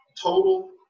total